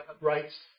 rights